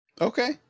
Okay